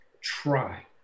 try